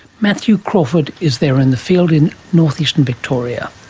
matthew crawford is there in the field in north-eastern victoria.